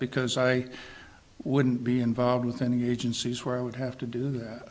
because i wouldn't be involved with any agencies where i would have to do